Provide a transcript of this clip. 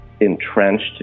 entrenched